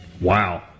Wow